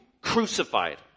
crucified